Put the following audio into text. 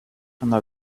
now